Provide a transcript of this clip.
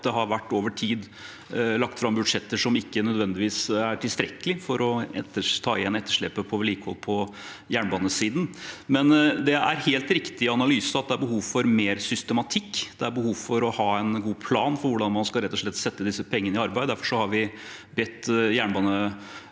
har vært lagt fram budsjetter som ikke nødvendigvis er tilstrekkelige for å ta igjen etterslepet på vedlikehold på jernbanesiden. Men det er helt riktig analyse at det er behov for mer systematikk, det er behov for å ha en god plan for hvordan man rett og slett skal sette disse pengene i arbeid. Derfor har vi bedt